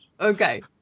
Okay